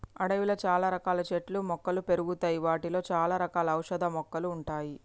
అడవిలో చాల రకాల చెట్లు మొక్కలు పెరుగుతాయి వాటిలో చాల రకాల ఔషధ మొక్కలు ఉంటాయి